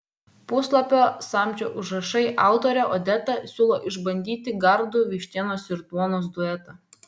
puslapio samčio užrašai autorė odeta siūlo išbandyti gardų vištienos ir duonos duetą